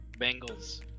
Bengals